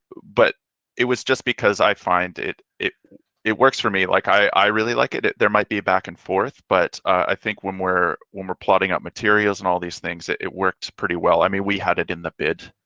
but it was just because i find, it it works for me. like i really like it. there might be a back and forth, but i think when we're when we're plotting out materials and all these things, it it worked pretty well. i mean we had it in the bid.